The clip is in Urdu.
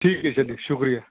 ٹھیک ہے چلیے شُکریہ